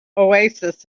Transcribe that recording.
oasis